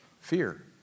Fear